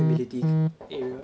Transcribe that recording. ability to area